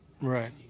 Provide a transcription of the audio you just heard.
Right